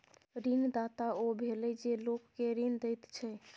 ऋणदाता ओ भेलय जे लोक केँ ऋण दैत छै